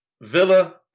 Villa